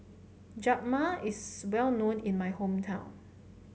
rajma is well known in my hometown